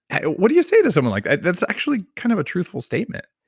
what do you say to someone like that? that's actually kind of a truthful statement.